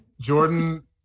Jordan